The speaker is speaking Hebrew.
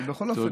אבל בכל אופן,